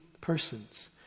persons